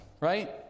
right